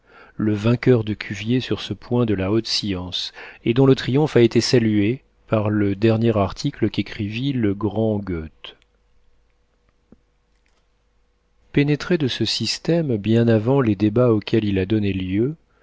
le vainqueur de cuvier sur ce point de la haute science et dont le triomphe a été salué par le dernier article qu'écrivit le grand goethe pénétré de ce système bien avant les débats auxquels il a donné lieu